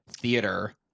theater